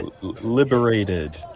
Liberated